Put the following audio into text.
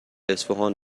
اصفهان